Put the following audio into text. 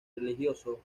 religioso